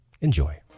Enjoy